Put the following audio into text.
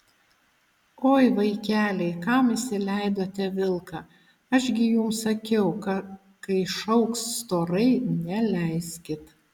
oi vaikeliai kam įsileidote vilką aš gi jums sakiau kad kai šauks storai neleiskit